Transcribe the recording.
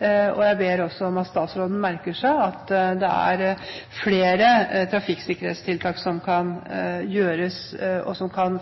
Jeg ber også om at statsråden merker seg at det er flere trafikksikkerhetstiltak som kan settes i verk, og som kan